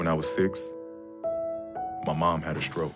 when i was six mom had a stroke